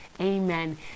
amen